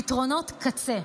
פתרונות קצה.